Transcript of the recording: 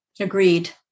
agreed